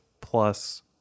Plus